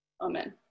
Amen